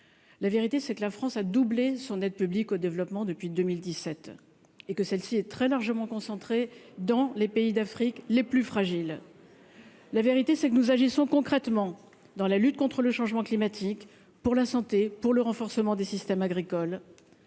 la vérité c'est que la France a doublé son aide publique au développement depuis 2017 et que celle-ci est très largement concentré dans les pays d'Afrique les plus fragiles, la vérité c'est que nous agissons concrètement dans la lutte contre le changement climatique pour la santé : pour le renforcement des systèmes agricoles,